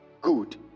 Good